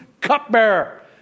cupbearer